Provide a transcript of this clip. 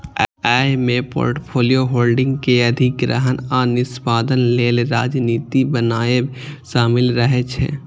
अय मे portfolio holding के अधिग्रहण आ निष्पादन लेल रणनीति बनाएब शामिल रहे छै